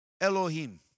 Elohim